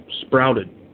sprouted